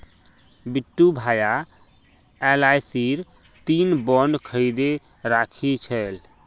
बिट्टू भाया एलआईसीर तीन बॉन्ड खरीदे राखिल छ